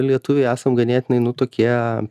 lietuviai esam ganėtinai nu tokie